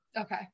Okay